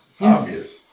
obvious